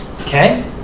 Okay